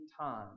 time